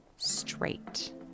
straight